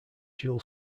dual